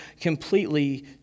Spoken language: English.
completely